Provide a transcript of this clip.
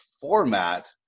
format